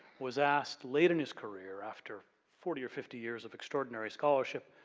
was asked late in his career, after forty or fifty years of extraordinary scholarship,